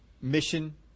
mission